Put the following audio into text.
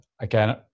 Again